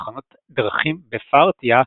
"תחנות דרכים בפרתיה",